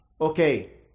okay